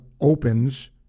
opens